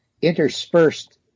Interspersed